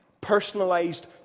Personalized